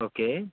okay